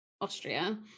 Austria